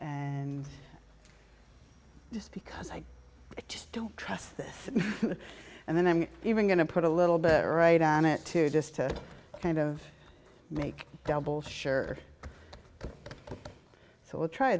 and just because i just don't trust this and then i'm even going to put a little bit right on it too just to kind of make double sure so we'll try